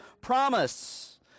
promise